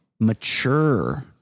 mature